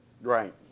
Right